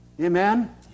Amen